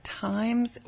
times